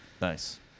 Nice